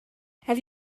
have